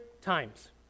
times